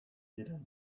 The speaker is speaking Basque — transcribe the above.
ziren